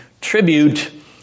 tribute